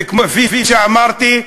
וכפי שאמרתי,